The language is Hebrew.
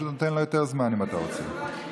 תקרא